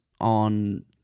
on